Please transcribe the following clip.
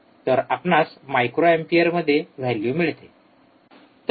तर आपणास मायक्रो एंपियरमध्ये व्हॅल्यू मिळते